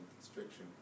constriction